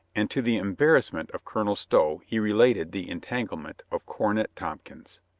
and to the embarrassment of colonel stow he related the entanglement of cornet tompkins.